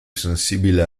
sensibile